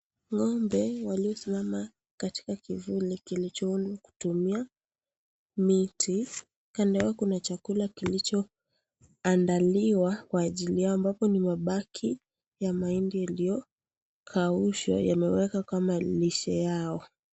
Ng'ombe waliosimama katika kivuli kilichoundwa kutumia miti, kando yao kuna chakula kilicho andaliwa kwa ajili yao ambapo ni mabaki ya mahindi iliyokaushwa yamewekwa kama lishe yao.